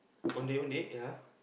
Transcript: Ondeh-Ondeh ya